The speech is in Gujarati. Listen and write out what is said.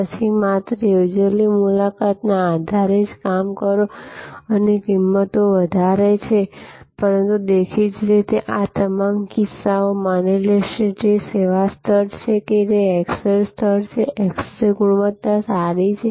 પછી માત્ર યોજેલી મુલાકાતના આધારે જ કામ કરો અને કિંમતો વધારે છે પરંતુદેખીતી રીતે આ તમામ કિસ્સાઓ માની લેશે કે સેવા સ્તર છે તે એક્સ રે સ્તર છે એક્સ રે ગુણવત્તા સારી છે